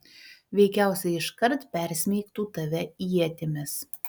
veikiausiai iškart persmeigtų tave ietimis